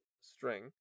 string